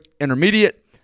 Intermediate